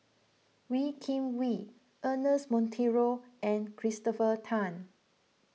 Wee Kim Wee Ernest Monteiro and Christopher Tan